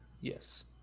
Yes